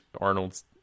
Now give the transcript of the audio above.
Arnold's